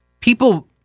People